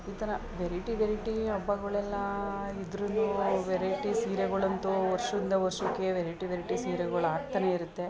ಈ ಥರ variety variety ಹಬ್ಬಗಳೆಲ್ಲ ಇದ್ದರೂ ವೆರೈಟಿ ಸೀರೆಗಳಂತೂ ವರ್ಷದಿಂದ ವರ್ಷಕ್ಕೆ ವೆರೈಟಿ ವೆರೈಟಿ ಸೀರೆಗಳು ಆಗ್ತಾನೆಯಿರುತ್ತೆ